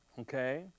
Okay